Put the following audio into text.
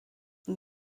und